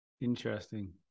interesting